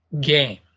game